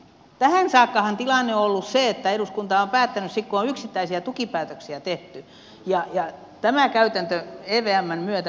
tähän saakkahan tilanne on ollut se että eduskunta on päättänyt sitten kun on yksittäisiä tukipäätöksiä tehty ja tämä käytäntö evmn myötä minusta muuttuu